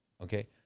Okay